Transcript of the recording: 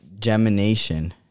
Gemination